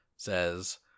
Says